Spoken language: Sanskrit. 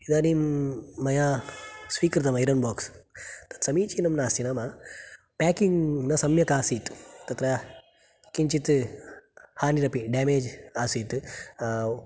इदानीं मया स्वीकृतम् ऐरन् बाक्स् तत्समीचीनं नास्ति नाम पेकिङ्ग् न सम्यकासीत् तत्र किञ्चित् हानिरपि डेमेज् आसीत्